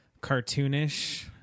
cartoonish